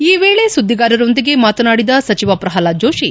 ಈ ವೇಳೆ ಸುದ್ದಿಗಾರರೊಂದಿಗೆ ಮಾತನಾಡಿದ ಸಚಿವ ಕ್ರಲ್ನಾದ್ ಜೋಷಿ